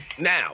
Now